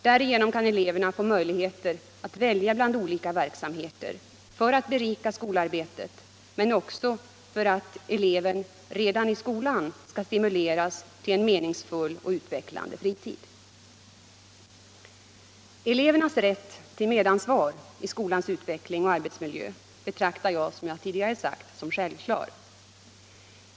Därigenom kan eleverna få möjligheter att välja mellan olika verksamheter för att berika skolarbetet men också för att eleverna redan i skolan skall stimuleras till en meningsfull och utvecklande fritid. Elevernas rätt till medansvar i skolans utveckling och arbetsmiljö betraktar jag, såsom jag tidigare sagt, som självklar.